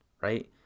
right